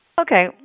Okay